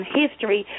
history